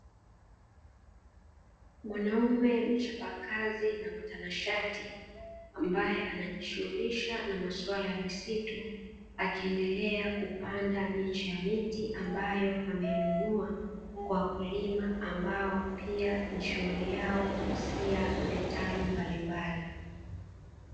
Mwanaume mchapakazi na mtanashati ambaye anajishughulisha na masuala ya misitu, akiendelea kupanda miche ya miti ambayo ameinunua kwa wakulima ambao pia ni shughuli yao kusia vitalu mbalimbali.